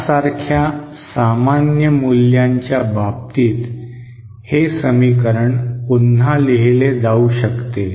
यासारख्या सामान्य मूल्यांच्या बाबतीत हे समीकरण पुन्हा लिहीले जाऊ शकते